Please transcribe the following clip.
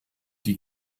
die